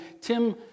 Tim